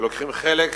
ולוקחים חלק בתוכנית,